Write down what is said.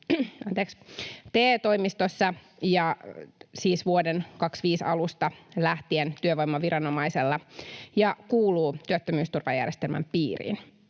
TE-toimistossa, siis vuoden 25 alusta lähtien työvoimaviranomaisella, ja kuuluu työttömyysturvajärjestelmän piiriin.